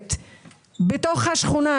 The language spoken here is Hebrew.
סיירת בתוך השכונה,